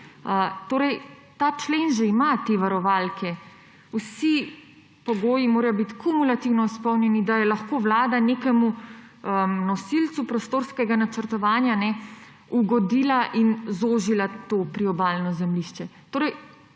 ta člen že ima te varovalke. Vsi pogoji morajo biti kumulativno izpolnjeni, da je lahko Vlada nekemu nosilcu prostorskega načrtovanja ugodila in zožila to priobalne zemljišče.